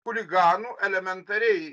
chuliganų elementariai